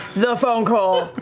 the phone call.